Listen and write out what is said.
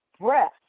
breath